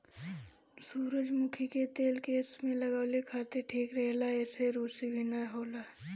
सुजरमुखी के तेल केस में लगावे खातिर ठीक रहेला एसे रुसी भी ना होला